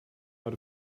out